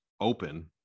open